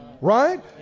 Right